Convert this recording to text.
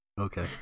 Okay